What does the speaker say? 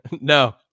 No